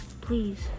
please